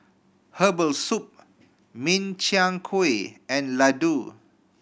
herbal soup Min Chiang Kueh and laddu